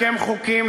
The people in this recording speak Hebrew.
לעקם חוקים,